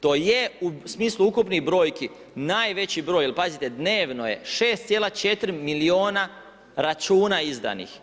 To je u smislu ukupnih brojki, najveći broj, jer pazite, dnevno je 6,4 milijuna računa izdanih.